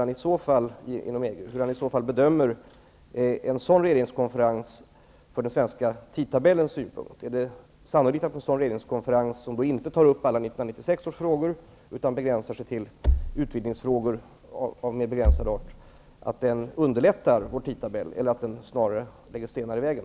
Hur bedömer statsrådet Dinkelspiel i så fall en sådan regeringskonferens utifrån den svenska tidtabellens synpunkt? Är det sannolikt att en sådan regeringskonferens som inte tar upp alla frågor från 1986 utan begränsar sig till utvidningsfrågor underlättar vår tidtabell eller lägger den snarare stenar i vägen?